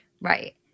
Right